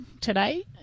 today